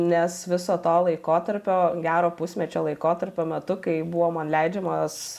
nes viso to laikotarpio gero pusmečio laikotarpio metu kai buvo man leidžiamas